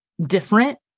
different